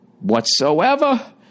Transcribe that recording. whatsoever